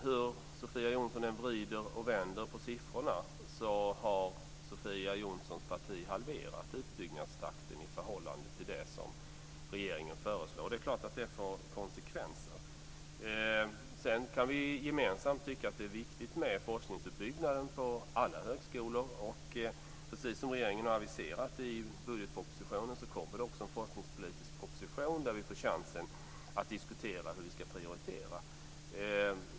Hur Sofia Jonsson än vrider och vänder på siffrorna har Sofia Jonssons parti halverat utbyggnadstakten i förhållande till det som regeringen föreslår. Det är klart att det får konsekvenser. Sedan kan vi gemensamt tycka att det är viktigt med forskningsutbyggnaden på alla högskolor. Precis som regeringen har aviserat i budgetpropositionen kommer det också en forskningspolitisk proposition som ger oss chansen att diskutera hur vi ska prioritera.